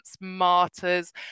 Martyrs